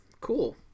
Cool